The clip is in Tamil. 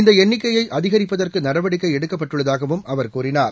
இந்தஎண்ணிக்கையை அதிகரிப்பதற்குநடவடிக்கைஎடுக்கப்பட்டுள்ளதாகவும் அவர் கூறினார்